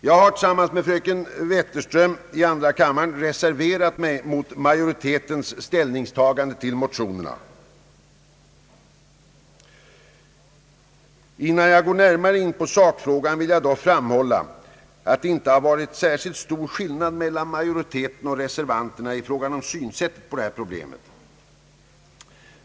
Jag har tillsammans med fröken Wetterström i andra kammaren reserverat mig mot majoritetens ställningstagande till motionerna. Innan jag går närmare in på sakfrågan vill jag framhålla att det inte har varit särskilt stor skillnad mellan majoritetens och reservanternas syn på det här problemet.